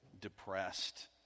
depressed